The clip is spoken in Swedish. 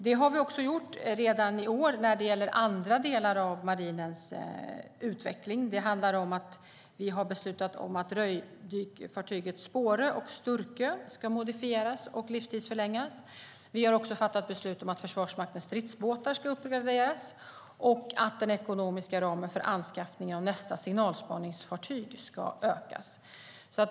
Det har vi gjort redan i år när det gäller andar delar av marinens utveckling. Vi har beslutat om att röjdykfartyget Spårö och HMS Sturkö ska modifieras och livstidsförlängas. Vi har också fattat beslut om att Försvarsmaktens stridsbåtar ska uppgraderas och att den ekonomiska ramen för anskaffningen av nästa signalspaningsfartyg ska ökas.